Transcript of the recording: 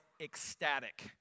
ecstatic